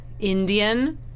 Indian